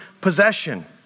possession